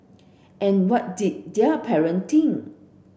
and what did their parent think